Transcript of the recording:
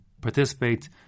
participate